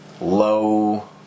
low